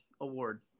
award